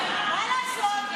מה לעשות?